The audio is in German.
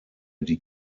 die